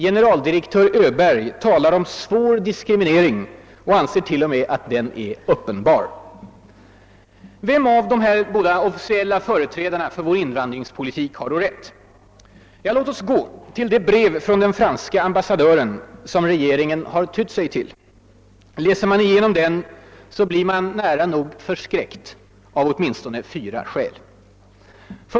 Generaldirektör Öberg talar om »svår diskriminering» och anser till och med att den är >uppenbar>. Vem av dessa båda officiella företrädare för vår invandringspolitik har rätt? Ja, låt oss gå till det brev från den franske ambassadören som regeringen har tytt sig till. Läser man igenom det blir man nära nog förskräckt av åtminstone fyra skäl.